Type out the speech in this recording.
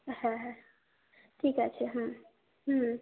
হ্যাঁ হ্যাঁ ঠিক আছে হুম হুম